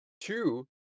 two